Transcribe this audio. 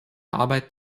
arbeit